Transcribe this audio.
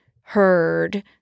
heard